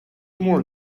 more